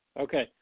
Okay